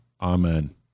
Amen